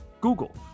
Google